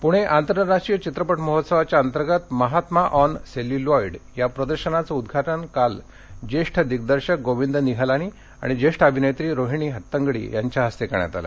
PIFF Pune आंतरराष्ट्रीय चित्रपट महोत्सवा अंतर्गत महात्मा ऑन सेल्युलोईड या प्रदर्शनाचं उद्वाटन काल ज्येष्ठ दिग्दर्शक गोविंद निहलानी आणि ज्येष्ठ अभिनेत्री रोहिणी हट्टंगडी यांच्या हस्ते करण्यात आलं